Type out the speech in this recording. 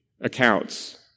accounts